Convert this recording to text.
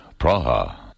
Praha